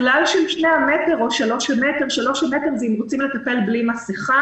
הכלל של שני מטרים או שלושה מטרים הוא אם רוצים לטפל בלי מסכה.